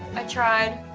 i tried.